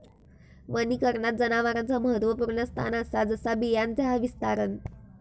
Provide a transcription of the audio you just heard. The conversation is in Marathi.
वनीकरणात जनावरांचा महत्त्वपुर्ण स्थान असा जसा बियांचा विस्तारण